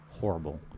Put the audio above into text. horrible